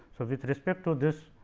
so, with respect to this,